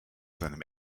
seinem